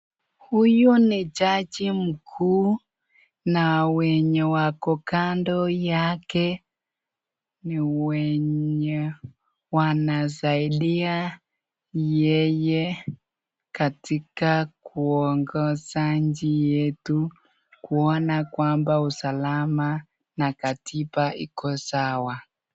Huyu ni jaji mkuu na wenye wako kando yake ni wenye wanasaidia yeye katika kuongoza nchi yetu kuona kwamba usalama na katiba iko sawa.